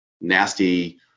nasty